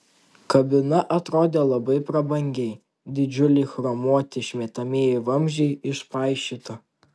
kabina atrodė labai prabangiai didžiuliai chromuoti išmetamieji vamzdžiai išpaišyta